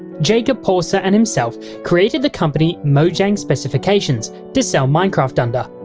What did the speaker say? jakob porser and himself created the company mojang specifications to sell minecraft under,